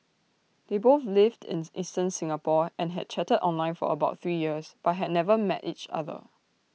they both lived in eastern Singapore and had chatted online for about three years but had never met each other